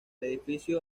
edificio